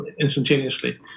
instantaneously